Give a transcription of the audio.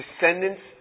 descendants